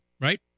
right